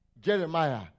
Jeremiah